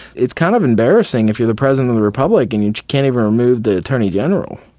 it's kind of embarrassing if you're the president of the republic and you can't even remove the attorney general.